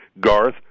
Garth